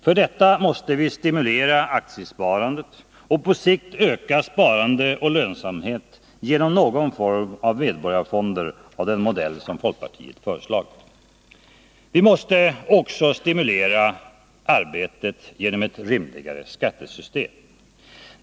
För detta måste vi stimulera aktiesparandet och på sikt öka sparande och lönsamhet genom någon form av medborgarfonder av den modell som folkpartiet föreslagit. Vi måste också stimulera arbetet genom ett rimligare skattesystem.